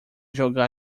jogar